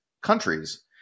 countries